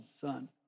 Son